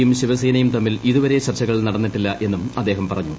യുംശിവസേനയും തമ്മിൽ ഇതുവരെ ചർച്ചകൾ നടന്നിട്ടില്ല എന്നുംഅദ്ദേഹം പറഞ്ഞു